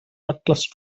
reckless